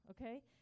Okay